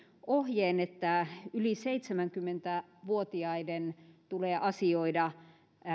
ohjeen että yli seitsemänkymmentä vuotiaiden tulee asioida